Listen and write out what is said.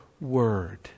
word